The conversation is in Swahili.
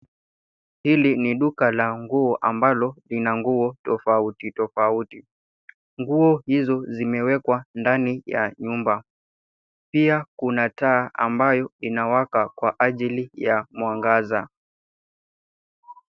Hili ni duka la nguo ambalo lina nguo tofautitofauti. Nguo hizo zimewekwa ndani ya nyumba. Pia kuna taa ambayo inawaka kwa ajili ya mwangaza.